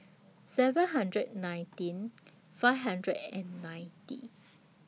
seven hundred nineteen five hundred and ninety